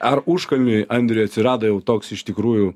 ar užkalniui andriui atsirado jau toks iš tikrųjų